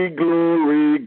glory